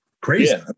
Crazy